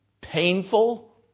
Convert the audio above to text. painful